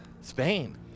Spain